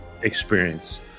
experience